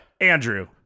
Andrew